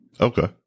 Okay